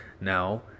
now